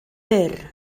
byr